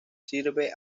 sirve